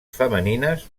femenines